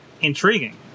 intriguing